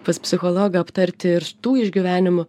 pas psichologą aptarti ir tų išgyvenimų